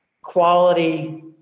quality